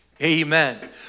Amen